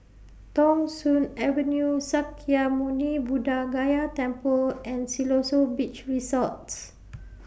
Thong Soon Avenue Sakya Muni Buddha Gaya Temple and Siloso Beach Resorts